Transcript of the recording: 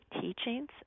teachings